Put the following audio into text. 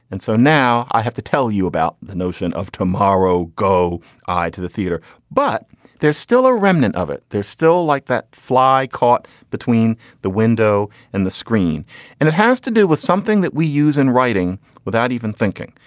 and so now i have to tell you about the notion of tomorrow go to the theater but there's still a remnant of it there's still like that fly caught between the window and the screen and it has to do with something that we use in writing without even thinking.